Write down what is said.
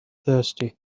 thirsty